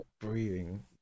breathing